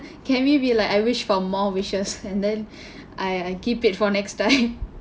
can we be like I wish for more wishes and then I I keep it for next time